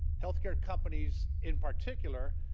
health care companies, in particular,